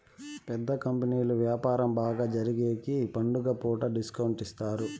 పెద్ద కంపెనీలు వ్యాపారం బాగా జరిగేగికి పండుగ పూట డిస్కౌంట్ ఇత్తారు